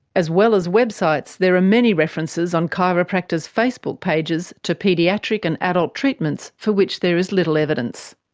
as well as websites, there are many references on chiropractors' facebook pages to paediatric and adult treatments for which there is little evidence.